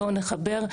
בואו נחבר,